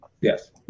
Yes